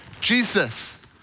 Jesus